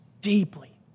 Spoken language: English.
deeply